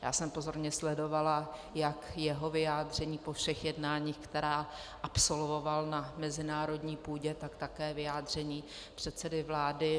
Já jsem pozorně sledovala jak jeho vyjádření po všech jednáních, která absolvoval na mezinárodní půdě, tak také vyjádření předsedy vlády.